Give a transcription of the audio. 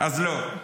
אז לא,